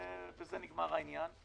ובזה נגמר העניין.